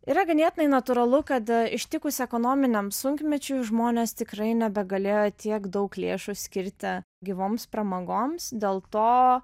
yra ganėtinai natūralu kad ištikus ekonominiam sunkmečiui žmonės tikrai nebegalėjo tiek daug lėšų skirti gyvoms pramogoms dėl to